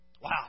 Wow